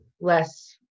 less